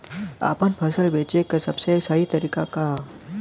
आपन फसल बेचे क सबसे सही तरीका का ह?